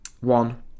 One